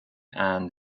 and